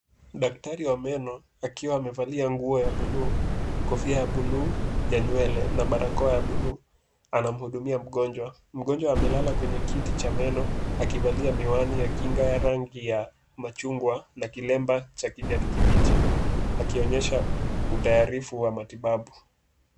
Daktari wa meno akiwa amevalia nguo ya bluu, kofia ya bluu ya nywele na barakoa ya bluu anamhudumia mgonjwa. Mgonjwa amelala kwenye kiti cha meno akivalia miwani ya kinga ya rangi ya machungwa na kilemba cha kijani kibichi akionyesha utayarifu wa matibabu.